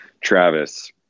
Travis